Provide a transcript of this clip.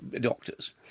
doctors